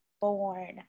born